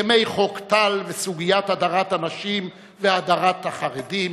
ימי חוק טל וסוגיית הדרת הנשים והדרת החרדים,